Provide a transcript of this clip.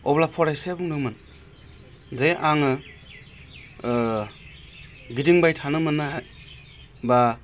अब्ला फरायसाया बुंदोंमोन जे आङो गिदिंबाय थानो मोन्नाय बा